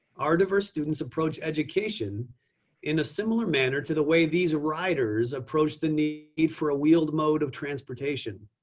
our diverse students approach education in a similar manner to the way these riders approach the need for a wheeled mode of transportation.